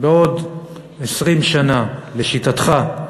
בעוד 20 שנה, לשיטתך,